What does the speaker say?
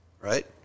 right